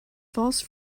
false